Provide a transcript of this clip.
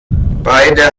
beide